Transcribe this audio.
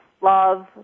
love